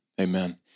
Amen